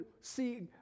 see